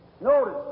Notice